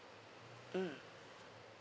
mm